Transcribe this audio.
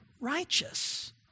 righteous